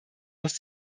muss